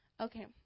Okay